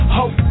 Hope